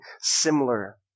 similar